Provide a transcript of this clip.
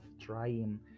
trying